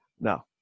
Now